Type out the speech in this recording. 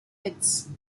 widths